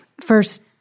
first